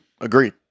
Agreed